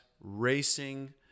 racing